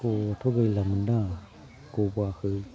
गब'ब्लाथ' गैलामोन आंहा गब'आखै